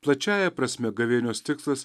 plačiąja prasme gavėnios tikslas